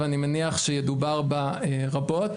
ואני מניח שידובר בה רבות,